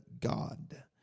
God